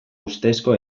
ustezko